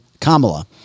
Kamala